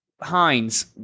Heinz